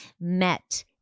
met